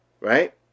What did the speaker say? right